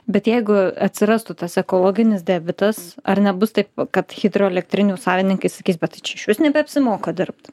bet jeigu atsirastų tas ekologinis debitas ar nebus taip kad hidroelektrinių savininkai sakys bet čia išvis nebeapsimoka dirbt